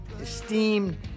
esteemed